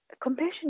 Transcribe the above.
compassion